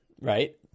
right